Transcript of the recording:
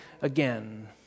again